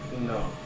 No